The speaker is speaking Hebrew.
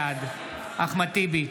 בעד אחמד טיבי,